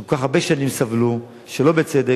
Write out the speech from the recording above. שכל כך הרבה שנים סבלו שלא בצדק,